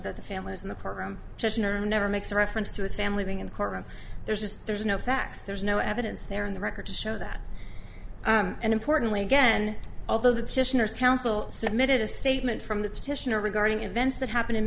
that the family is in the courtroom never makes reference to a family being in a courtroom there's just there's no facts there's no evidence they're in the record to show that and importantly again although the counsel submitted a statement from the petitioner regarding events that happened in